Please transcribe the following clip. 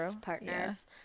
partners